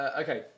okay